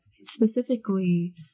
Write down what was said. specifically